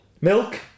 Milk